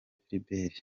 philbert